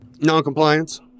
Non-compliance